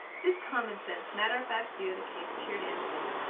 this commonsense, matter-of-fact view of the case cheered anne a little.